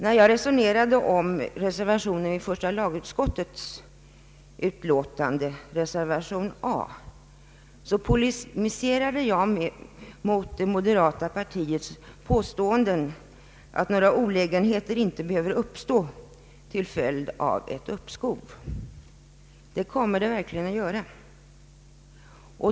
När jag resonerade om reservationen 1 vid första lagutskottets utlåtande, polemiserade jag mot moderata samlingspartiets påståenden att några olägenheter inte skulle behöva uppstå till följd av ett uppskov, ty det kommer det verkligen att göra.